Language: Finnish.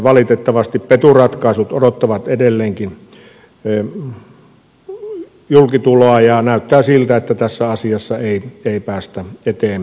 valitettavasti petu ratkaisut odottavat edelleenkin julkituloa ja näyttää siltä että tässä asiassa ei päästä eteenpäin